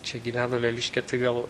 čia gyvenome miške tai gal